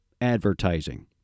advertising